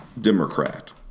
Democrat